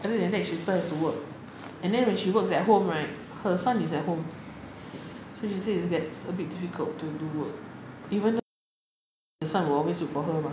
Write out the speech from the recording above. other than that she still has to work and then when she works at home right her son is at home so she say it's that is a bit difficult to work even the mother is around the son will always look for her